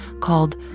called